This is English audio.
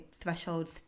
thresholds